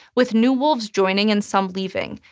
with new wolves joining and some leaving.